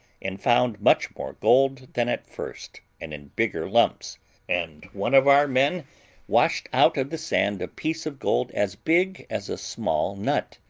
and found much more gold than at first, and in bigger lumps and one of our men washed out of the sand a piece of gold as big as a small nut,